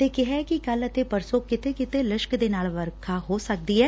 ਅਤੇ ਕਿਹੈ ਕਿ ਕੱਲ਼ ਅਤੇ ਪਰਸੋਂ ਕਿਤੇ ਕਿਤੇ ਲਿਸ਼ਕੱਦੇ ਨਾਲ ਵਰਖਾ ਹੋ ਸਕਦੀ ਐ